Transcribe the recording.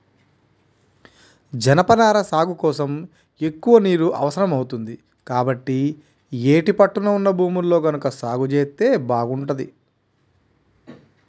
జనపనార సాగు కోసం ఎక్కువ నీరు అవసరం అవుతుంది, కాబట్టి యేటి పట్టున ఉన్న భూముల్లో గనక సాగు జేత్తే బాగుంటది